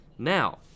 Now